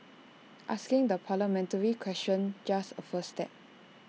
asking the parliamentary question just A first step